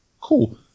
cool